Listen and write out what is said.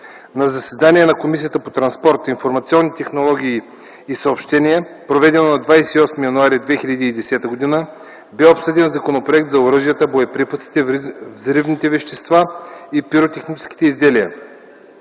На заседание на Комисията по транспорт, информационни технологии и съобщения, проведено на 28.01.2010 г., бе обсъден законопроект за оръжията, боеприпасите, взривните вещества и пиротехническите изделия.